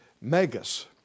megas